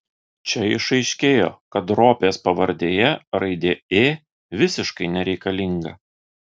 čia išaiškėjo kad ropės pavardėje raidė ė visiškai nereikalinga